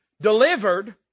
delivered